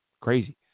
Crazy